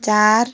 चार